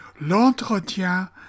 L'Entretien